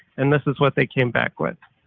and this is what they came back with.